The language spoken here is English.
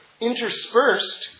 interspersed